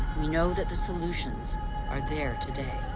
we know that the solutions are there today.